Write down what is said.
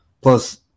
plus